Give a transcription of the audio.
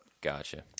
gotcha